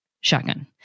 shotgun